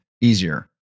easier